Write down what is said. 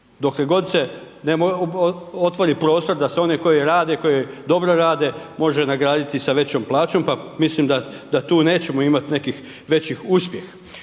dokle god se ne otvori prostor da se oni koji rade, koji dobro rade može nagraditi sa većom plaćom pa mislim da tu nećemo imati nekih većih uspjeha.